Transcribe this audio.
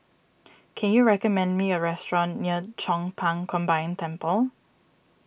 can you recommend me a restaurant near Chong Pang Combined Temple